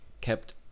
kept